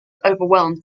overwhelmed